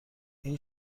این